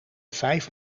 vijf